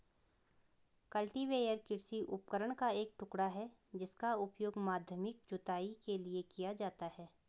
cultivator कृषि उपकरण का एक टुकड़ा है जिसका उपयोग माध्यमिक जुताई के लिए किया जाता है